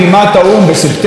בספטמבר 2014,